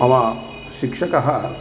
मम शिक्षकः